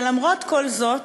ולמרות כל זאת,